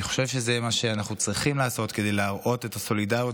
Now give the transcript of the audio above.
אני חושב שזה מה שאנחנו צריכים לעשות כדי להראות את הסולידריות.